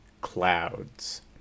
Clouds